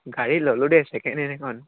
গাড়ী ল'লোঁ দেই চেকেণ্ড হেণ্ড এখন